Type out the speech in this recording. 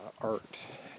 art